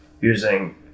using